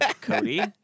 Cody